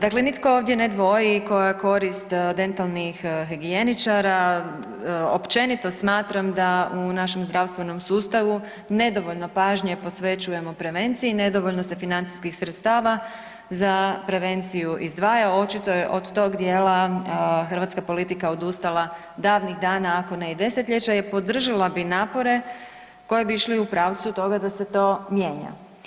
Dakle, nitko ovdje ne dvoji koja je korist od dentalnih higijeničara, općenito smatram da u našem zdravstvenom sustavu nedovoljno pažnje posvećujemo prevenciji, nedovoljno se financijskih sredstava za prevenciju izdvaja, očito je od tog dijela hrvatska politika odustala davnih dana ako ne i desetljeća i podržala bi napore koji bi išli u pravcu toga da se to mijenja.